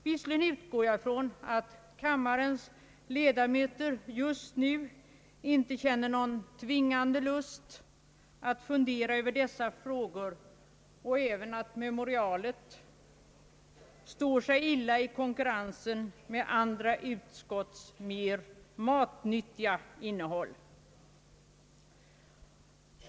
Visserligen utgår jag från att kammarens ledamöter just nu inte känner någon tvingande lust att fundera över dessa frågor och att memorialet står sig illa i konkurrensen med andra utlåtandens mera matnyttiga innehåll.